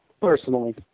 Personally